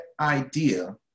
idea